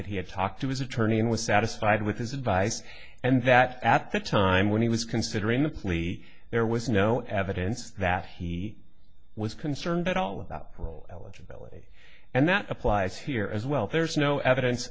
that he had talked to his attorney and was satisfied with his advice and that at the time when he was considering the plea there was no evidence that he was concerned at all about eligibility and that applies here as well there's no evidence